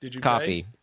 copy